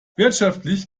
wirtschaftlich